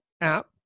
app